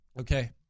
Okay